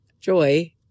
joy